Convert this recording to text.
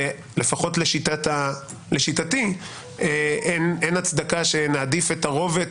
ולפחות לשיטתי אין הצדקה שנעדיף את הרוב ואת